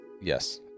Yes